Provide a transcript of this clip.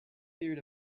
period